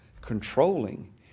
controlling